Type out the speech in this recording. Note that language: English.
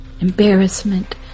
embarrassment